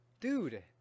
Dude